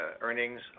earnings